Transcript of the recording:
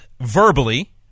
verbally